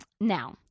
Now